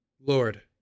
Lord